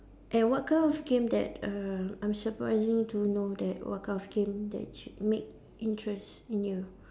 and what kind of game that err I'm surprising to know that what kind of game that should make interest in you